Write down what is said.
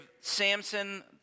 Samson